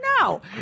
no